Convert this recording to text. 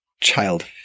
child